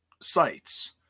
sites